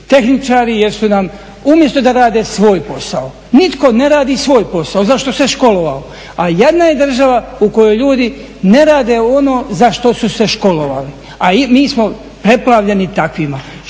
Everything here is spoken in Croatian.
tehničari, umjesto da rade svoj posao. Nitko ne radi svoj posao za što se školovao. A jadna je država u kojoj ljudi ne rade ono za što su se školovali. A mi smo preplavljeni takvima,